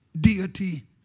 deity